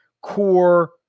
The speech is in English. core